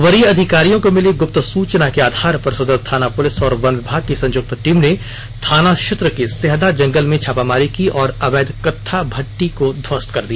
वरीय अधिकारियों को मिली गुप्त सुचना के आधार पर सदर थाना पूलिस और वन विभाग की संयुक्त टीम ने थाना क्षेत्र के सेहदा जंगल मे छापामारी की और अवैध कत्था भही को ध्वस्त कर दिया